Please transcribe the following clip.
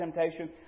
temptation